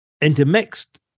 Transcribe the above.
intermixed